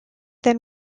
then